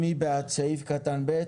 מי בעד סעיף קטן (ב)?